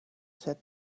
said